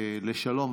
לשלום,